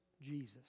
Jesus